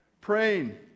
Praying